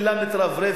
לרעה.